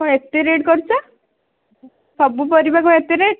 କଣ ଏତେ ରେଟ୍ କରୁଛ ସବୁ ପରିବା କଣ ଏତେ ରେଟ୍